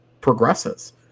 progresses